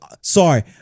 Sorry